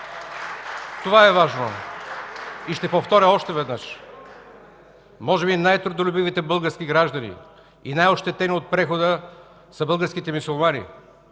Това е важно! И ще повторя още веднъж. Може би най-трудолюбивите български граждани и най-ощетени от прехода са българските мюсюлмани.